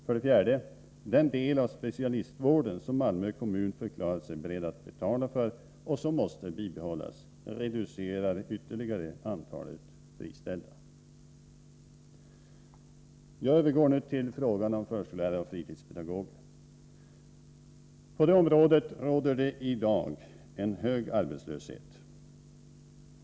För det fjärde: Den del av specialistvården som Malmö kommun förklarat sig beredd att betala för och som måste bibehållas, reducerar ytterligare antalet friställda. Jag övergår nu till frågan om förskollärare och fritidspedagoger. På det området råder i dag en hög arbetslöshet.